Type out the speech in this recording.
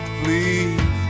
please